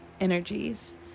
Energies